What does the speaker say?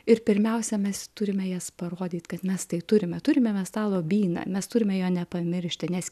ir pirmiausia mes turime jas parodyt kad mes tai turime turime mes tą lobyną mes turime jo nepamiršti nes